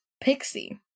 pixie